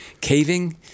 caving